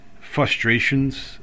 frustrations